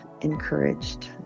encouraged